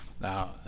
Now